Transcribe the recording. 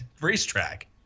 racetrack